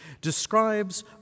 describes